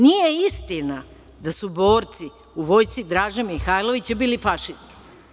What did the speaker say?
Nije istina da su borci u vojsci Draže Mihailovića bili fašisti.